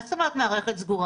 מה זאת אומרת מערכת סגורה?